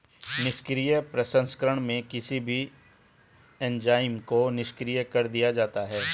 निष्क्रिय प्रसंस्करण में किसी भी एंजाइम को निष्क्रिय कर दिया जाता है